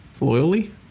loyally